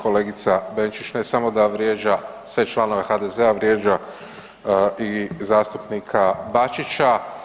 Kolegica Benčić ne samo da vrijeđa sve članove HDZ-a, vrijeđa i zastupnika Bačića.